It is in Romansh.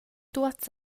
tuots